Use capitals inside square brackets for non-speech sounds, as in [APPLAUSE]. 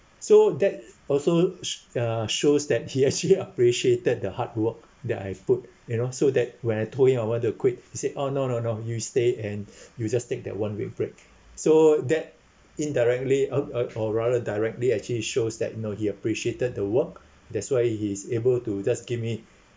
so that also sh~ uh shows that [LAUGHS] he actually appreciated the hard work that I've put you know so that when I told him I wanted to quit he said oh no no no you stay and [BREATH] you just take that one week break so that indirectly uh uh or rather directly actually shows that you know he appreciated the work [BREATH] that's why he's able to just give me